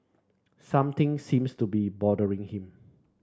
something seems to be bothering him